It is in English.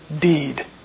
deed